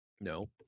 No